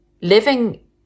living